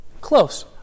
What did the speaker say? Close